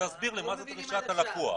אז תסביר מה זה דרישת הלקוח.